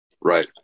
right